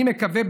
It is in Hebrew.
אני מקווה,